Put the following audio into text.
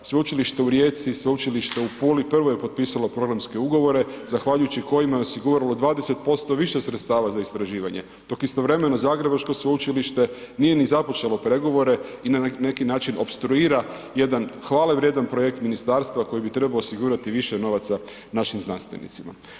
Sveučilište u Rijeci, Sveučilište u Puli, prvo je potpisalo programske ugovore zahvaljujući kojima je osiguralo 20% više sredstava za istraživanje, dok istovremeno zagrebačko sveučilište nije ni započelo pregovore i na neki način opstruira jedan hvale vrijedan projekt ministarstva koji bi trebao osigurati više novaca našim znanstvenicima.